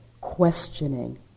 questioning